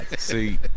See